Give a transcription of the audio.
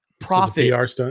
profit